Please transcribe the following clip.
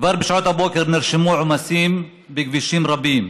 כבר בשעות הבוקר נרשמו עומסים בכבישים רבים,